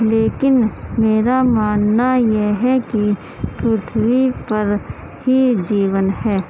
لیکن میرا ماننا یہ ہے کہ پرتھوی پر ہی جیون ہے